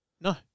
No